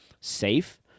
safe